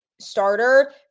starter